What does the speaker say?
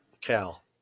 Cal